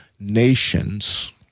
Nations